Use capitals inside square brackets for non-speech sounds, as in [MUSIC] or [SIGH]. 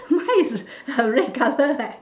mine is [LAUGHS] a red colour leh